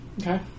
Okay